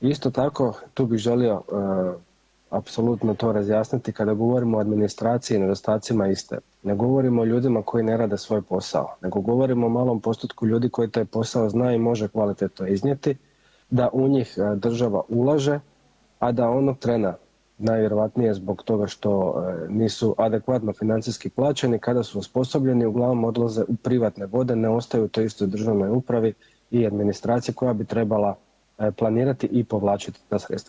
Isto tako tu bi želio apsolutno to razjasniti kada govorimo o administraciji i nedostacima iste, ne govorimo o ljudima koji ne rade svoj posao nego govorimo o malom postotku ljudi koji taj posao zna i može kvalitetno iznijeti da u njih država ulaže, a da onog trena najvjerojatnije zbog toga što nisu adekvatno financijski plaćeni, kada su osposobljeni uglavnom odlaze u privatne vode, ne ostaju u toj državnoj upravi i administraciji koja bi trebala planirati i povlačiti ta sredstva.